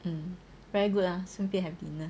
um very good lah 顺便 have dinner